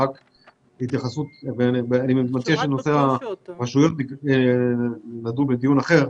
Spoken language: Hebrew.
אני מציע שבנושא הרשויות נדון בדיון אחר,